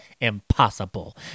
impossible